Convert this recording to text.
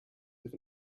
live